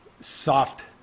soft